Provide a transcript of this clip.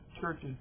churches